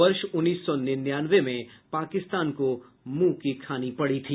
वर्ष उन्नीस सौ निन्यानवे में पाकिस्तान को मुंह की खानी पड़ी थी